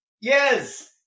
Yes